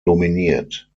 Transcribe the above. dominiert